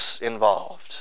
involved